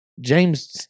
james